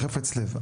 בחפץ לב.